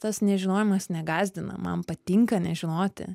tas nežinojimas negąsdina man patinka nežinoti